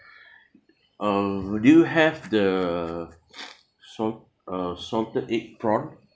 uh do you have the salt~ uh salted egg prawn